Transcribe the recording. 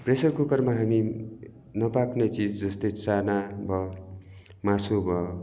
pressure कुकरमा हामी नपाक्ने चिज जस्तै चाना भयो मासु भयो